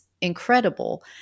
incredible